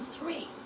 three